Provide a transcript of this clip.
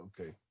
okay